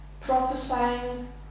prophesying